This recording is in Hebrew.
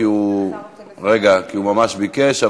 כי הוא ממש ביקש,